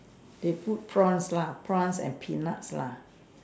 they put prince lah prince an piece lah